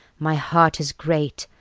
my heart as great,